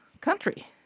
country